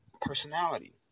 personality